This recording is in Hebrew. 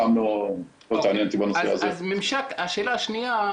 השאלה השנייה,